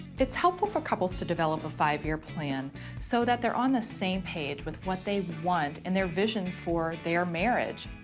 it's helpful for couples to develop a five-year plan so that they're on the same page with what they want and their vision for their marriage.